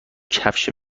کفش